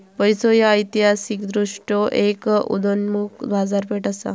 पैसो ह्या ऐतिहासिकदृष्ट्यो एक उदयोन्मुख बाजारपेठ असा